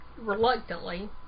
reluctantly